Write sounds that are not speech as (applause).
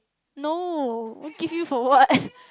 no give you for (laughs) what